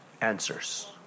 answers